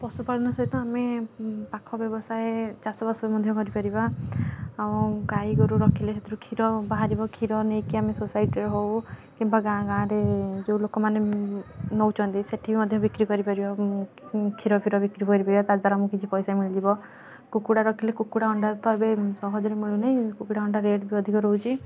ପଶୁପାଳନ ସହିତ ଆମେ ପାଖ ବ୍ୟବସାୟ ଚାଷବାସ ମଧ୍ୟ କରିପାରିବା ଆଉ ଗାଈଗୋରୁ ରଖିଲେ ସେଥିରୁ କ୍ଷୀର ବାହାରିବ କ୍ଷୀର ନେଇକି ଆମେ ସୋସାଇଟିରେ ହଉ କିମ୍ବା ଗାଁ ଗାଁରେ ଯେଉଁ ଲୋକମାନେ ନଉଛନ୍ତି ସେଠିବି ମଧ୍ୟ ବିକ୍ରୀ କରିପାରିବା କ୍ଷୀର ଫିର ବିକ୍ରୀ କରିପାରିବା ତା ଦ୍ୱାରା ଆମକୁ କିଛି ପଇସା ମିଳିଯିବ କୁକୁଡ଼ା ରଖିଲେ କୁକୁଡ଼ା ଅଣ୍ଡା ତ ଏବେ ସହଜରେ ମିଳୁନି କୁକୁଡ଼ା ଅଣ୍ଡା ରେଟବି ଅଧିକ ରହୁଛି